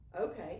Okay